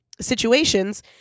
situations